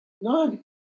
None